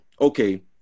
Okay